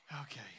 Okay